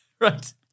Right